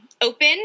open